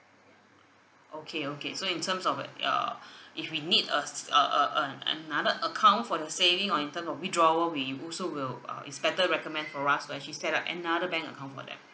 okay okay so in terms of a~ uh if we need a~ s~ s~ a~ a~ uh another account for the saving or in terms of withdrawal we also will uh it's better recommend for us to actually set up another bank account for them